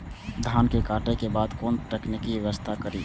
धान के काटे के बाद कोन तकनीकी व्यवस्था करी?